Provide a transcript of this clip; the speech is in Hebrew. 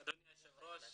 אדוני היושב ראש,